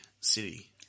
city